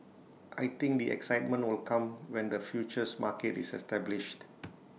I think the excitement will come when the futures market is established